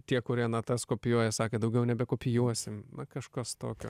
tie kurie natas kopijuoja sakė daugiau nebekopijuosim kažkas tokio